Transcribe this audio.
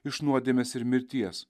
iš nuodėmės ir mirties